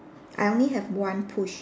I only have one push